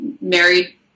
Married